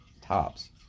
tops